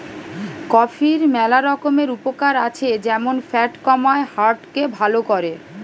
কফির ম্যালা রকমের উপকার আছে যেমন ফ্যাট কমায়, হার্ট কে ভাল করে